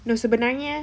no sebenarnya